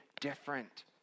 different